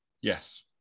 Yes